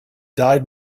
died